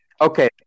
Okay